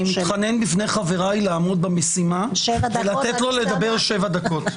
אני מתחנן בפני חבריי לעמוד במשימה ולתת לו לדבר שבע דקות.